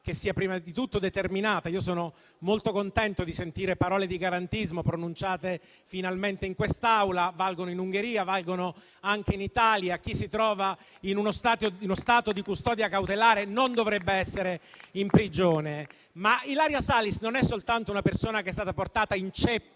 questa fosse inflitta. Io sono molto contento di sentire parole di garantismo pronunciate finalmente in quest'Aula: valgono in Ungheria, ma anche in Italia. Chi si trova in uno stato di custodia cautelare non dovrebbe essere in prigione. Ilaria Salis, però, non è soltanto una persona che è stata portata in ceppi